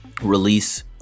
release